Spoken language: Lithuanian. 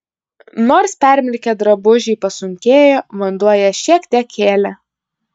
nors permirkę drabužiai pasunkėjo vanduo ją šiek tiek kėlė